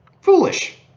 Foolish